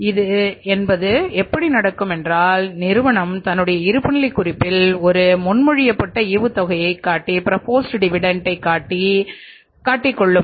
இது என்பது எப்படி நடக்கும் என்றால் நிறுவனம் தன்னுடைய இருப்புநிலைக் குறிப்பில் ஒரு முன்மொழியப்பட்ட ஈவுத்தொகையாகக் காட்டிக் கொள்ளும்